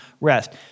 rest